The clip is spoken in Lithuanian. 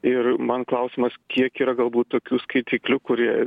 ir man klausimas kiek yra galbūt tokių skaitiklių kurie